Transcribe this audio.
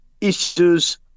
issues